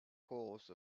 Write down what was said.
course